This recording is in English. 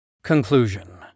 Conclusion